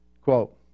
quote